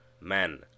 man